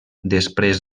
després